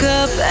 up